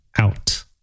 out